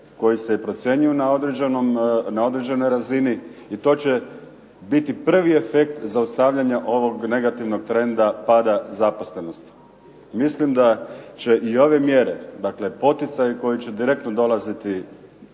koji se procjenjuju na određenoj razini i to će biti prvi efekt zaustavljanja ovog negativnog trenda pada zaposlenosti. Mislim da će i ove mjere, dakle poticaj koji će direktno dolaziti,